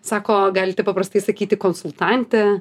sako galite paprastai sakyti konsultantė